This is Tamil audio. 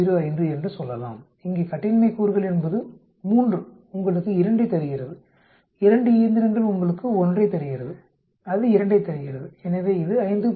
05 என்று சொல்லலாம் இங்கே கட்டின்மை கூறுகள் என்பது 3 உங்களுக்கு 2ஐத் தருகிறது 2 இயந்திரங்கள் உங்களுக்கு 1ஐத் தருகிறது அது 2 ஐ தருகிறது எனவே இது 5